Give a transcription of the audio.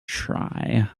try